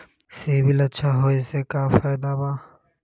CIBIL अच्छा होऐ से का फायदा बा?